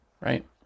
right